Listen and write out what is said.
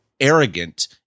arrogant